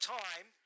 time